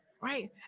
right